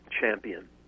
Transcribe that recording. champion